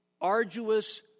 arduous